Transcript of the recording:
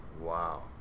wow